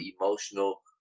emotional